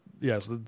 Yes